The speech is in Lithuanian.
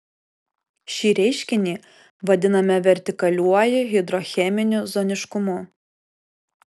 šį reiškinį vadiname vertikaliuoju hidrocheminiu zoniškumu